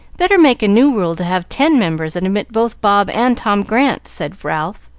better make a new rule to have ten members, and admit both bob and tom grant, said ralph,